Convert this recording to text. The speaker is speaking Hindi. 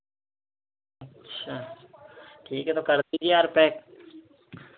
अच्छा ठीक है तो कर दीजिए यार पैक